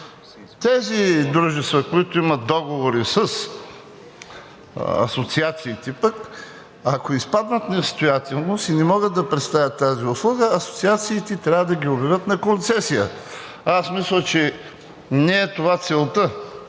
Тези дружества, които имат договори с асоциациите пък, ако изпаднат в несъстоятелност и не могат да предоставят тази услуга, асоциациите трябва да ги обявят на концесия. Аз мисля, че не е това целта,